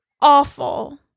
awful